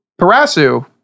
Parasu